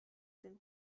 den